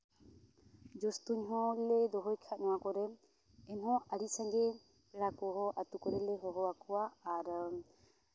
ᱡᱚᱥ ᱛᱩᱧ ᱦᱚᱞᱮ ᱫᱚᱦᱚᱭ ᱠᱷᱟᱡ ᱱᱚᱣᱟ ᱠᱚᱨᱮᱜ ᱮᱱ ᱦᱚᱸ ᱟᱹᱰᱤ ᱥᱟᱸᱜᱮ ᱯᱮᱲᱟ ᱠᱚ ᱦᱚᱸ ᱟᱛᱳ ᱠᱚᱨᱮ ᱞᱮ ᱦᱚᱦᱚ ᱟᱠᱚᱣᱟ ᱟᱨ